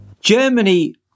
Germany